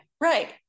right